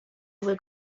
will